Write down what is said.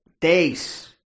days